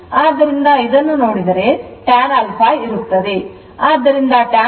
ಆದ್ದರಿಂದ ಇದನ್ನು ನೋಡಿದರೆ tan alpha ಇರುತ್ತದೆ